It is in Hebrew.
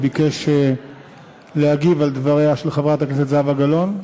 הוא ביקש להגיב על דבריה של חברת הכנסת זהבה גלאון.